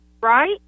Right